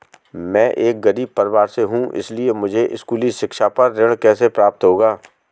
मैं एक गरीब परिवार से हूं इसलिए मुझे स्कूली शिक्षा पर ऋण कैसे प्राप्त होगा?